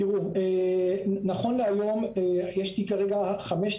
תראי, נכון להיום יש כרגע חמש תביעות.